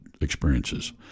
experiences